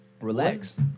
Relax